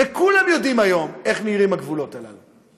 וכולם יודעים היום איך נראים הגבולות הללו,